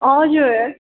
हजुर